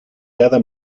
cada